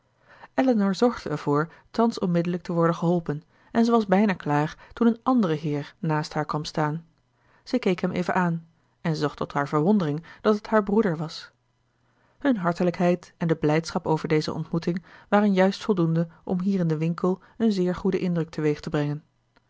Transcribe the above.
elinor zorgde ervoor thans onmiddellijk te worden geholpen en zij was bijna klaar toen een andere heer naast haar kwam staan zij keek hem even aan en zag tot haar verwondering dat het haar broeder was hun hartelijkheid en de blijdschap over deze ontmoeting waren juist voldoende om hier in den winkel een zeer goeden indruk teweeg te brengen